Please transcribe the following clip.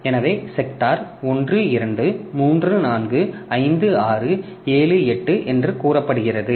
எனவே செக்டார் 1 2 3 4 5 6 7 8 என்று கூறப்படுகிறது